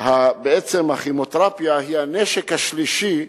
הכימותרפיה היא הנשק השלישי,